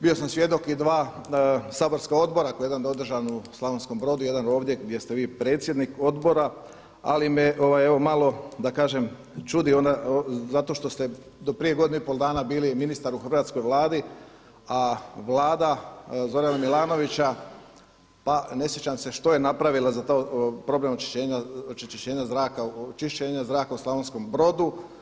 Bio sam svjedok i dva saborska odbora koji je jedan održan u Slavonskom Brodu, jedan ovdje gdje ste vi predsjednik odbora ali me malo da kažem čudi zato što ste do prije godinu i pol dana bili ministar u hrvatskoj Vladi, a Vlada Zorana Milanovića pa ne sjećam se što je napravila za to, problem onečišćenja zraka u Slavonskom Brodu.